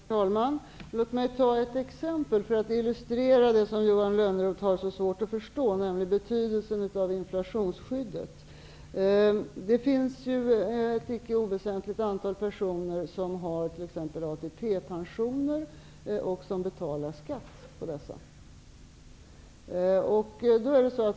Herr talman! Låt mig ta ett exempel för att illustrera det som Johan Lönnroth har så svårt att förstå, nämligen betydelsen av inflationsskyddet. Det finns ett icke oväsentligt antal personer som har t.ex. ATP-pensioner och som betalar skatt för dessa.